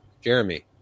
Jeremy